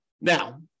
Now